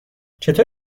چطور